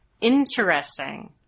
Interesting